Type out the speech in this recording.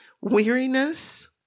weariness